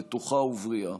בטוחה ובריאה.